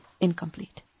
incomplete